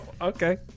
Okay